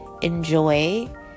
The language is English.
enjoy